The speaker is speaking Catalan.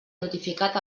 notificat